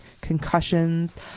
concussions